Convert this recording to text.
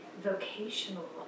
vocational